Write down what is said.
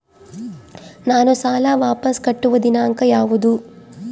ನಾನು ಸಾಲ ವಾಪಸ್ ಕಟ್ಟುವ ದಿನಾಂಕ ಯಾವುದು?